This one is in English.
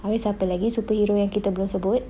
habis siapa lagi superhero yang kita belum sebut